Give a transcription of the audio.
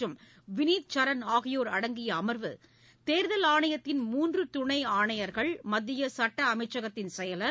மற்றும் வினித் சரண் ஆகியோர் அடங்கிய அமர்வு தேர்தல் ஆணையத்தின் மூன்று துணை ஆணையர்கள் மத்திய சட்ட அமைச்சகத்தின் செயலர்